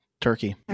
Turkey